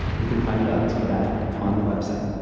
you can find buttons for that on the website.